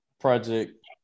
project